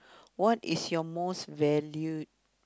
what is your most valued